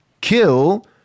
kill